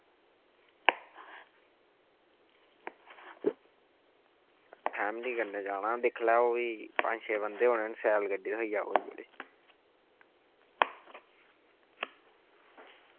family कन्नै जाना दिक्खी लैओ भी पंज छे बंदे होने शैल गड्डी थ्होई जा कोई बड्डी